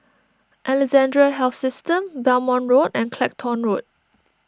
Alexandra Health System Belmont Road and Clacton Road